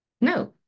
no